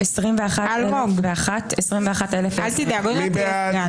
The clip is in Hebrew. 21,041 עד 21,060. מי בעד?